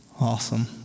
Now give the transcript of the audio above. Awesome